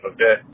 Okay